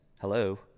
Hello